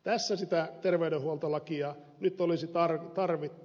tässä sitä terveydenhuoltolakia nyt olisi tarvittu